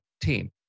team